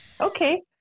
Okay